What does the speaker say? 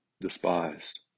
despised